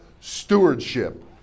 stewardship